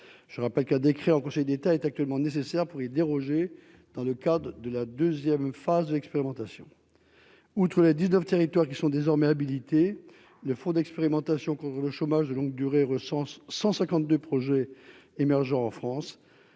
je rappelle qu'un décret en Conseil d'État est actuellement nécessaires pour y déroger dans le cadre de la 2ème phase d'expérimentation, outre la 19 territoires qui sont désormais habilités, le Fonds d'expérimentation qu'on veut le chômage de longue durée, recense 152 projets émergents en France,